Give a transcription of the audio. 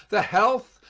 the health,